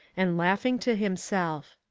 and laughing to himself.